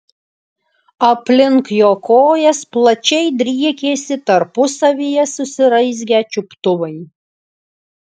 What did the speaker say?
aplink jo kojas plačiai driekėsi tarpusavyje susiraizgę čiuptuvai